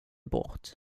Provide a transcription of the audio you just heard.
bort